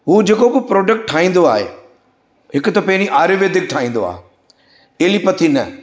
हू जेको बि प्रोडक्ट ठाहींदो आहे हिकु त पहिरीं आयुर्वेदीक ठाहींदो आहे एलीपथी न